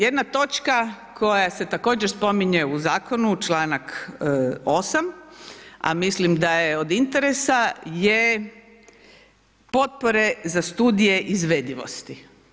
Jedna točka koja se također spominje u zakonu, članak 8., a mislim da je od interesa, je potpore za studije izvedivosti.